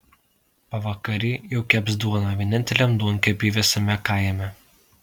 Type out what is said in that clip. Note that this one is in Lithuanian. pavakary jau keps duoną vieninteliam duonkepy visame kaime